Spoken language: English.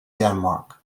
denmark